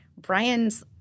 Brian's